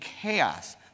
chaos